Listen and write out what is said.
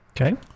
Okay